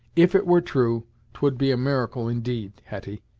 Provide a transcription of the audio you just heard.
if it were true t would be a miracle, indeed, hetty.